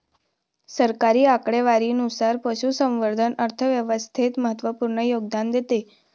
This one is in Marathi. सरकारी आकडेवारीनुसार, पशुसंवर्धन अर्थव्यवस्थेत महत्त्वपूर्ण योगदान देते